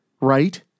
Right